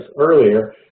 earlier